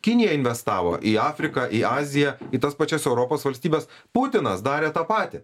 kinija investavo į afriką į aziją į tas pačias europos valstybes putinas darė tą patį